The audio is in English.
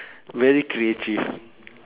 very creative